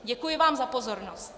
Děkuji vám za pozornost.